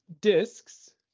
discs